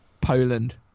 Poland